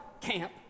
camp